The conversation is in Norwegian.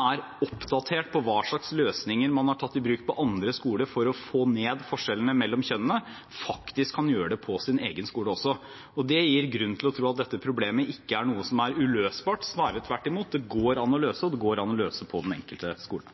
er oppdatert på hva slags løsninger man har tatt i bruk på andre skoler for å få ned forskjellene mellom kjønnene, faktisk kan gjøre det på sin egen skole også. Og det gir grunn til å tro at dette problemet ikke er uløselig, snarere tvert imot, det går an å løse, og det går an å løse på den enkelte skole.